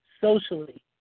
socially